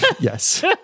yes